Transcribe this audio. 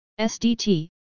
SDT